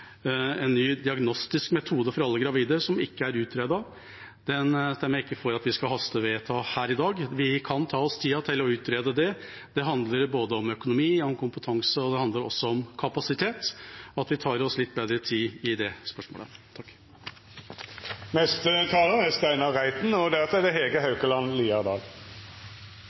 En ny diagnostisk metode for alle gravide som ikke er utredet, stemmer jeg ikke for at vi skal hastevedta her i dag. Vi kan ta oss tid til å utrede det. Det handler om både økonomi og kompetanse, og det handler også om kapasitet. Vi kan ta oss litt bedre tid i det spørsmålet. For to uker siden sto vi her og